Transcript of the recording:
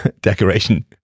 decoration